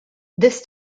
this